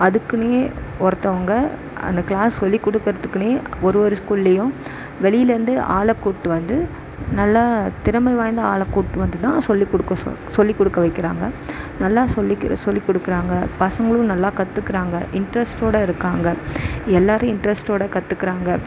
அதுக்குன்னே ஒருத்தங்க அந்த க்ளாஸ் சொல்லி கொடுக்கறதுக்குன்னே ஒரு ஒரு ஸ்கூல்லேயும் வெளியிலருந்தே ஆளை கூட்டு வந்து நல்ல திறமைவாய்ந்த ஆளை கூட்டு வந்து தான் சொல்லிக் கொடுக்க சொல்லிக் கொடுக்க வைக்கிறாங்க நல்லா சொல்லி சொல்லிக் கொடுக்குறாங்க பசங்களும் நல்லா கத்துக்கிறாங்க இன்ட்ரெஸ்ட்டோடு இருக்காங்க எல்லோரும் இன்ட்ரெஸ்ட்டோடு கத்துக்கிறாங்க